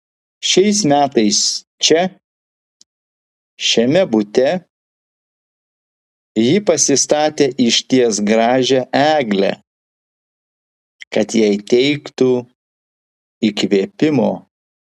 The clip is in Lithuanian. šiais metais čia šiame bute ji pasistatė išties gražią eglę kad jai teiktų įkvėpimo